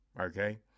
okay